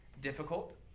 difficult